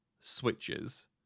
switches